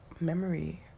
memory